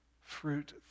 fruit